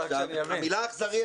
המילה 'אכזרי',